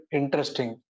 interesting